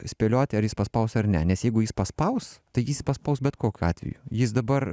spėlioti ar jis paspaus ar ne nes jeigu jis paspaus tai jis paspaus bet kokiu atveju jis dabar